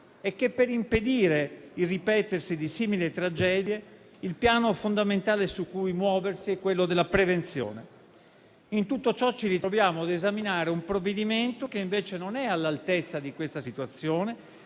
e che per impedire il ripetersi di simili tragedie il piano fondamentale su cui muoversi è quello della prevenzione. In tutto ciò ci ritroviamo a esaminare un provvedimento che, invece, non è all'altezza di questa situazione,